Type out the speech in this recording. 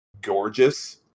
gorgeous